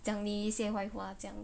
讲你一些坏话这样